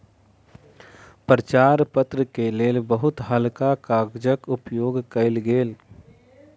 प्रचार पत्र के लेल बहुत हल्का कागजक उपयोग कयल गेल